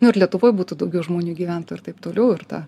nu ir lietuvoj būtų daugiau žmonių gyventų ir taip toliau ir ta